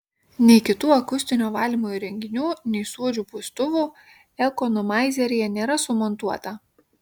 nei kitų akustinio valymo įrenginių nei suodžių pūstuvų ekonomaizeryje nėra sumontuota